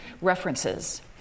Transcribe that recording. references